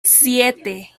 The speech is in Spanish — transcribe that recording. siete